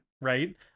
right